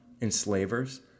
enslavers